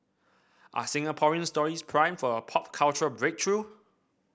are Singaporean stories primed for a pop cultural breakthrough